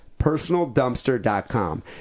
personaldumpster.com